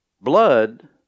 Blood